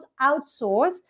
outsource